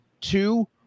two